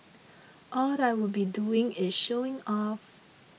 what I would be doing is showing off